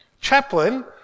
Chaplain